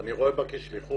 ואני רואה בה שליחות.